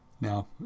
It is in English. Now